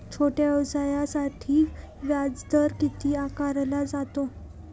छोट्या व्यवसायासाठी व्याजदर किती आकारला जातो?